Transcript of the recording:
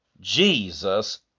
Jesus